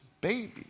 baby